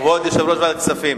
כבוד יושב-ראש ועדת הכספים,